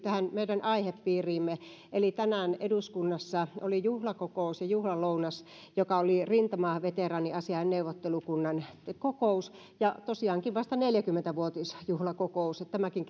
tähän meidän aihepiiriimme eli tänään eduskunnassa oli juhlakokous ja juhlalounas joka oli rintamaveteraaniasiain neuvottelukunnan kokous ja tosiaankin vasta neljäkymmentä vuotisjuhlakokous tämäkin